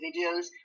videos